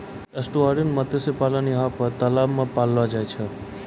estuarine मत्स्य पालन यहाँ पर तलाव मे पाललो जाय छै